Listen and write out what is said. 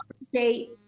state